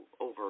over